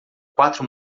quatro